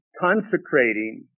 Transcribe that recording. consecrating